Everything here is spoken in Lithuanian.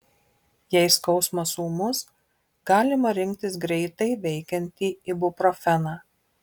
jei skausmas ūmus galima rinktis greitai veikiantį ibuprofeną